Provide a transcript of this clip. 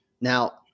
now